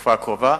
בתקופה הקרובה.